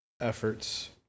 efforts